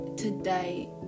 today